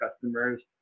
customers